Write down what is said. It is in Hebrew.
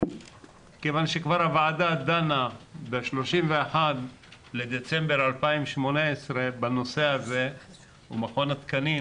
כיוון שכבר הוועדה דנה ב-31 בדצמבר 2018 בנושא הזה ונציג מכון התקנים